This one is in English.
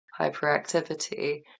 hyperactivity